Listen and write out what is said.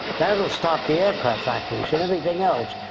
that will stop the aircraft factories and everything else.